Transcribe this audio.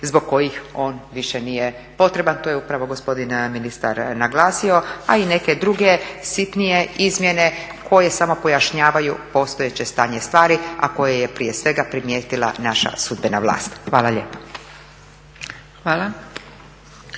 zbog kojih on više nije potreban. To je upravo gospodin ministar naglasio, a i neke druge sitnije izmjene koje samo pojašnjavaju postojeće stanje stvari, a koje je prije svega primijetila naša sudbena vlast. Hvala lijepa.